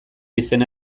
izena